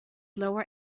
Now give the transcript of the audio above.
lower